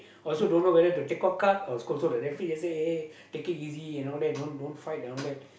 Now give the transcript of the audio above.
I also don't know whether to take out card or scold so the referee and say take it easy and don't fight all that